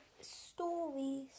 stories